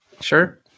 Sure